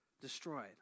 Destroyed